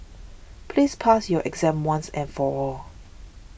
please pass your exam once and for all